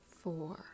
four